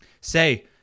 Say